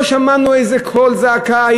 לא שמענו איזה קול זעקה,